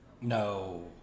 No